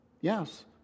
Yes